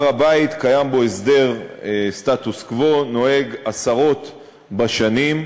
בהר-הבית קיים הסדר סטטוס-קוו, נוהג, עשרות בשנים.